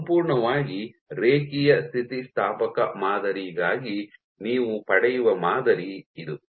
ಸಂಪೂರ್ಣವಾಗಿ ರೇಖೀಯ ಸ್ಥಿತಿಸ್ಥಾಪಕ ಮಾದರಿಗಾಗಿ ನೀವು ಪಡೆಯುವ ಮಾದರಿ ಇದು